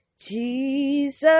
Jesus